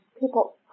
people